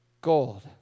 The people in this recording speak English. gold